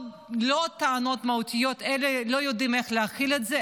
לא טענות מהותיות, אלא לא יודעים איך להכיל את זה,